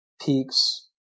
peaks